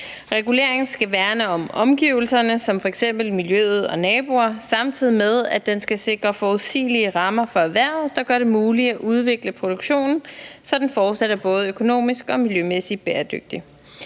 Reguleringen skal værne om omgivelserne som f.eks. miljøet og naboerne, samtidig med at den skal sikre forudsigelige rammer for erhvervet, der gør det muligt at udvikle produktionen, så den fortsat er både økonomisk og miljømæssigt bæredygtig.